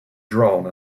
drawn